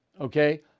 Okay